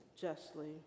justly